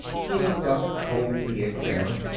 he looked up coldly at kramer.